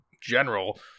general